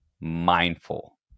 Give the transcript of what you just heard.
mindful